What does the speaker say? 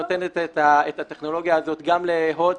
שנותנת את הטכנולוגיה הזאת גם להוט,